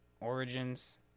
Origins